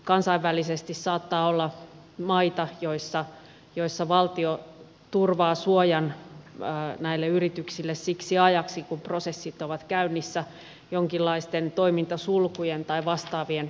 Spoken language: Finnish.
kansainvälisesti katsoen saattaa olla maita joissa valtio turvaa suojan näille yrityksille siksi ajaksi kun prosessit ovat käynnissä jonkinlaisten toimintasulkujen tai vastaavien muodossa